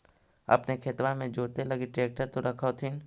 अपने खेतबा मे जोते लगी ट्रेक्टर तो रख होथिन?